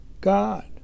God